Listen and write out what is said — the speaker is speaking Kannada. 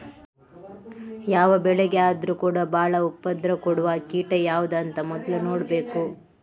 ಯಾವ ಬೆಳೆಗೆ ಆದ್ರೂ ಕೂಡಾ ಬಾಳ ಉಪದ್ರ ಕೊಡುವ ಕೀಟ ಯಾವ್ದು ಅಂತ ಮೊದ್ಲು ನೋಡ್ಬೇಕು